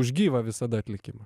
už gyvą visada atlikimą